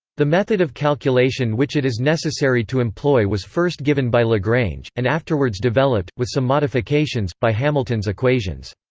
the method of calculation which it is necessary to employ was first given by lagrange, and afterwards developed, with some modifications, by hamilton's equations.